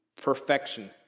perfection